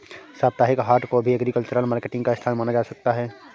साप्ताहिक हाट को भी एग्रीकल्चरल मार्केटिंग का स्थान माना जा सकता है